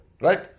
right